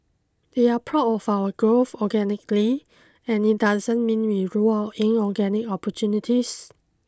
we are proud of our growth organically and it doesn't mean we rule out inorganic opportunities